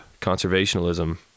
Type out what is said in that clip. conservationalism